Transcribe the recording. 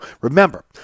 remember